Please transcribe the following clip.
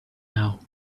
now